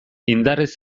indarrez